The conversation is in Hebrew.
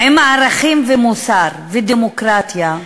עם ערכים ומוסר ודמוקרטיה,